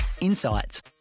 insights